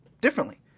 differently